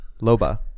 Loba